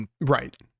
right